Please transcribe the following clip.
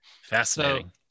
fascinating